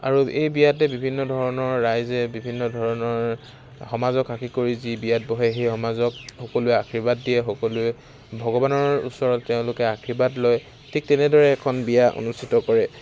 আৰু এই বিয়াতে বিভিন্ন ধৰণৰ ৰাইজে বিভিন্ন ধৰণৰ সমাজক সাক্ষী কৰি যি বিয়াত বহে সেই সমাজক সকলোৱে আশীৰ্বাদ দিয়ে সকলোৱে ভগৱানৰ ওচৰত তেওঁলোকে আশীৰ্বাদ লয় ঠিক তেনেদৰে এখন বিয়া অনুষ্ঠিত কৰে